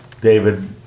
David